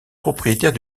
propriétaire